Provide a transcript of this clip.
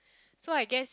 so I guess